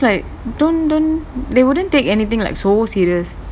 just like don't don't they wouldn't take anything like so seriously